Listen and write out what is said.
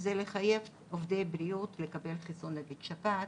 וזה לחייב עובדי בריאות לקבל חיסון נגד שפעת.